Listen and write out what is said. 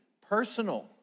personal